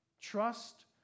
Trust